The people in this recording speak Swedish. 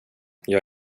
jag